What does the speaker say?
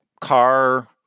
car